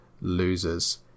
losers